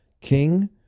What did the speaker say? king